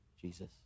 Jesus